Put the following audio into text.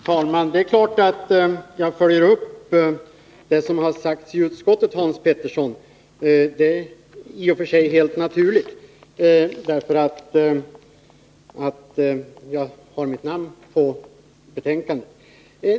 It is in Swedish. Herr talman! Det är klart att jag följer upp det som har sagts i utskottet, Hans Petersson i Hallstahammar. Det är i och för sig helt naturligt, eftersom jag har mitt namn på betänkandet.